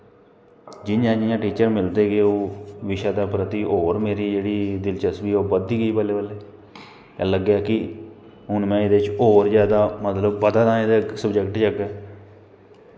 जियां जियां टीचर मिलदे गे ओह् बिशे दे प्रति होर मेरी जेह्ड़ी दिलचस्पी ऐ ओह् बधदी गेई बल्लें बल्लें लग्गेआ कि हून में एह्दे च होर ज्यादा मतलब बधां दा इक सब्जैक्ट च अग्गैं